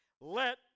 Let